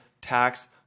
tax